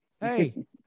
hey